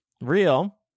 real